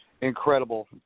incredible